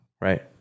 right